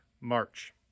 March